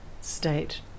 state